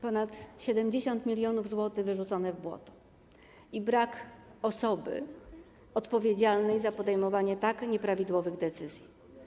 Ponad 70 mln zł wyrzucone w błoto i brak osoby odpowiedzialnej za podejmowanie tak nieprawidłowych decyzji.